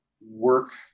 work